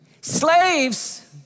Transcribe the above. Slaves